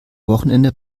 wochenende